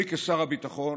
אני כשר הביטחון